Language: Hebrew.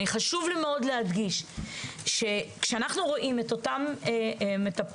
חשוב לי מאוד להדגיש שכאשר אנחנו רואים את אותן מטפלות